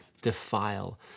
defile